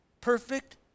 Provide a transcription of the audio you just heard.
perfect